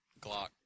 Glock